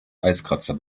eiskratzer